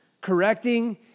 correcting